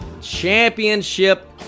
championship